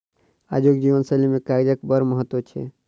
आजुक जीवन शैली मे कागजक बड़ महत्व छै